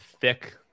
thick